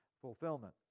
fulfillment